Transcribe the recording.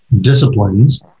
disciplines